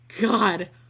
God